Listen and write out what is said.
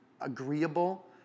agreeable